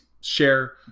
share